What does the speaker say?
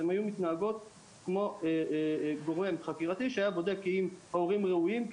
הן היו מתנהגות כמו גורם חקירתי שבודק האם ההורים ראויים.